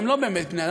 הם לא באמת בני-אדם,